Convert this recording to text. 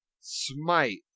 Smite